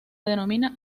denomina